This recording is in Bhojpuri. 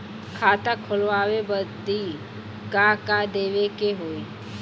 खाता खोलावे बदी का का देवे के होइ?